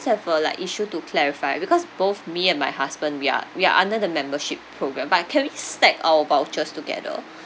have uh like issue to clarify because both me and my husband we are we are under the membership program but can we stack our vouchers together